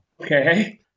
okay